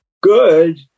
good